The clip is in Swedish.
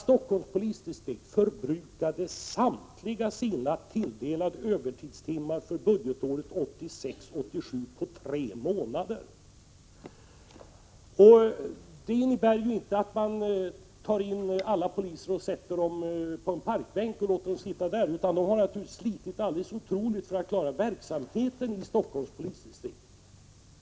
Stockholms polisdistrikt förbrukade samtliga sina tilldelade övertidstimmar för budgetåret 1986/87 på tre månader. Det innebär inte att man tar in alla poliser och sätter dem på en parkbänk och låter dem sitta där, utan de har naturligtvis slitit alldeles otroligt för att klara verksamheten i polisdistriktet.